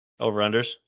Over-unders